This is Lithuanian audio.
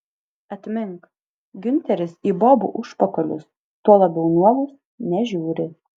atmink giunteris į bobų užpakalius tuo labiau nuogus nežiūri